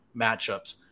matchups